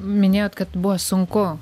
minėjot kad buvo sunku